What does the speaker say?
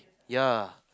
ya